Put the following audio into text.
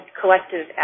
collective